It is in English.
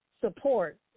support